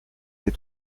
les